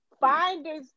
Finders